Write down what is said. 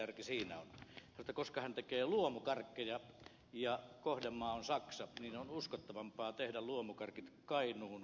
hän sanoi että koska hän tekee luomukarkkeja ja kohdemaa on saksa niin on uskottavampaa tehdä luomukarkit kainuun puhtaassa korvessa